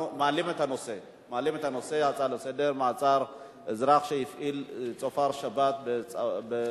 ההצעה לסדר-היום של חברת הכנסת עינת וילף